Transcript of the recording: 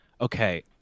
okay